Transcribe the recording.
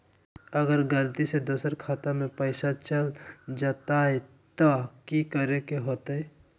अगर गलती से दोसर के खाता में पैसा चल जताय त की करे के होतय?